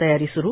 तयारी सुरू